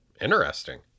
Interesting